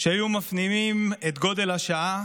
שהיו מפנימים את גודל השעה